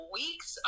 weeks